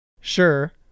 sure